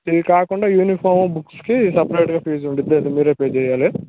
ఇది కాకుండా యూనిఫార్మ్ బుక్స్కి సెపెరేట్గా ఫీజు ఉంటుంది అది మీరే పే చెయ్యాలి